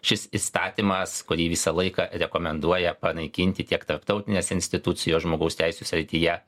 šis įstatymas kurį visą laiką rekomenduoja panaikinti tiek tarptautinės institucijos žmogaus teisių srityje